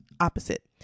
opposite